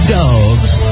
dogs